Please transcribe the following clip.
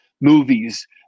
movies